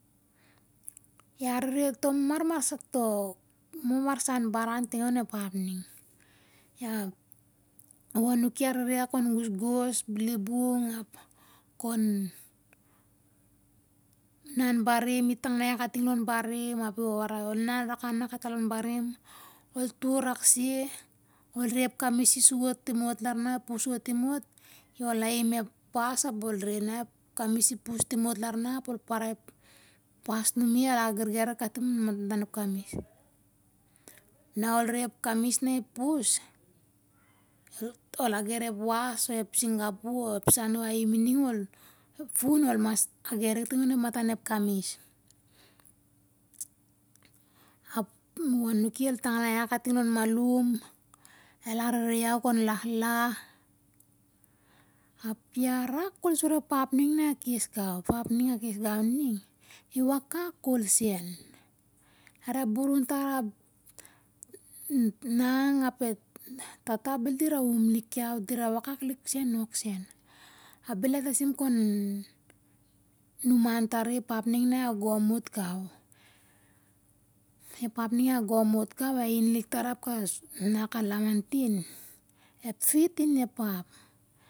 A rere to mamarsan baran ting onep ap ning. E wowo anuki i arere ia kon gasgas, pas ep libung, kon inan barim, tung nai ia kating, lon barim. Ap i warai ia, ol inan rak ana kating lon barim, ol tur rak se. Na ep kamis i pus so't tim ot ap ol aim ep pas ap ol re na ep kamis i pusot tim ot lar na ap ol parai ep pas anumi el ger sur e kamis. Na ol re ep kamis na i pus, ol ager ep wa'sh o ep singapu o ep sah, na u aim a ning, ep fu'n, ol mas ager i kating an matan e kamis. Ap e wowo anuki el tangnai ia kating lon malum, el arere iau kon la'h la'h. Ap ia rak ko'l sur ep ap ning na kes gau. Ep ap ning na kes gau ning i wakak ko'l sen. Lar a burun tar ap e nana ap e tata, bel dira um lik iau. Ap bel a tasim kon numan tari ep ap ning na gom o't gau. Ep up ning a gom o't gau, a ainlik tar, na ku lamantin, ep fit in ep hap.